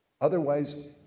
Otherwise